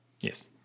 Yes